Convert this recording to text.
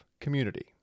community